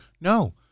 No